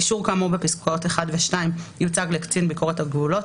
אישור כאמור בפסקאות (1) ו- (2) יוצג לקצין ביקורת הגבולות,